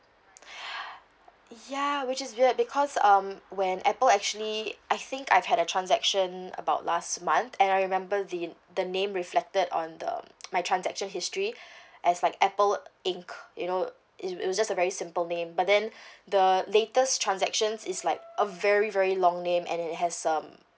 ya which is weird because um when apple actually I think I've had a transaction about last month and I remember the the name reflected on the my transaction history as like apple inc you know it it was just a very simple name but then the latest transactions is like a very very long name and it has um